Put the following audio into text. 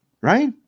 right